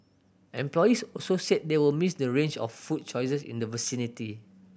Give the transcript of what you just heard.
employees also said they will miss the range of food choices in the vicinity